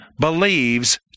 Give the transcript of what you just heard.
believes